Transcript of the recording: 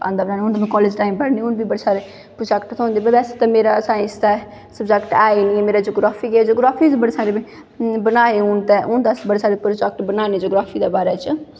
आंदा हून ते में कालेज़ टाईम पढ़नी हून मिगी शैल प्रौजैक्ट श्होंदे बैसे तां मेरा साईंस दा स्बजैक्ट है गै नी मेरा जगराफी ऐ जगराफी बड़ी सारी बनाऐ हून तां बड़े सारे प्रौजैक्ट बनानी जगराफी दै बारै च